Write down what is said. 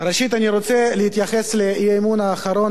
ראשית אני רוצה להתייחס לאי-אמון האחרון,